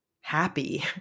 happy